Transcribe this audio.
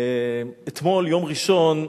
אתמול, יום ראשון,